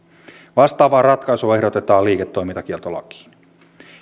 vastaavaa ratkaisua ehdotetaan liiketoimintakieltolakiin